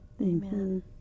Amen